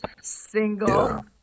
single